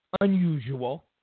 unusual